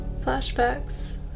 flashbacks